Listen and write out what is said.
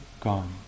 gone